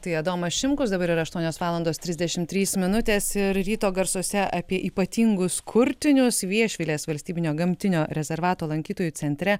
tai adomas šimkus dabar yra aštuonios valandos trisdešim trys minutės ir ryto garsuose apie ypatingus kurtinius viešvilės valstybinio gamtinio rezervato lankytojų centre